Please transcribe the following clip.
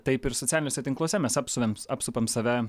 taip ir socialiniuose tinkluose mes apsuvem apsupam save